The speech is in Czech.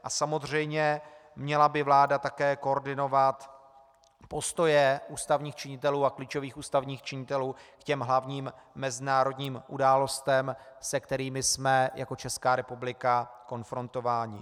Vláda by samozřejmě měla také koordinovat postoje ústavních činitelů a klíčových ústavních činitelů k hlavním mezinárodním událostem, se kterými jsme jako Česká republika konfrontováni.